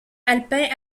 alpin